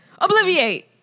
Obliviate